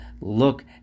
look